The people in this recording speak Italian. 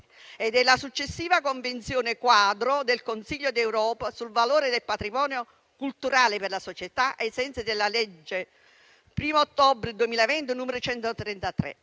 della successiva Convenzione quadro del Consiglio d'Europa sul valore del patrimonio culturale per la società, ai sensi della legge 1° ottobre 2021, n. 133.